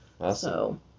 Awesome